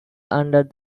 under